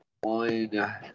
one